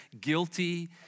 guilty